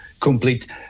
complete